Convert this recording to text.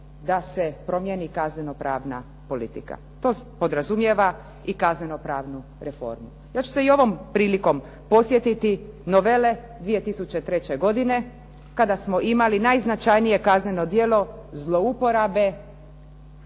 da se promjeni kazneno-pravna politika. To podrazumijeva i kazneno-pravnu reformu. Ja ću se i ovom prilikom podsjetiti novele 2003. godine, kada smo imali najznačajnije kazneno djelo zlouporabe